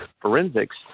forensics